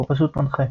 או פשוט "מנחה".